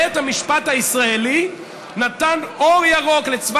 בית המשפט הישראלי נתן אור ירוק לצבא